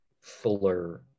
fuller